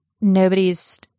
nobody's